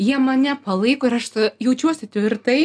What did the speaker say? jie mane palaiko ir aš jaučiuosi tvirtai